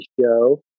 show